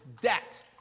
debt